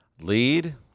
lead